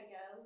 go